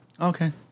Okay